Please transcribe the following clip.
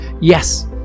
Yes